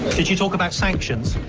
did you talk about sanctions?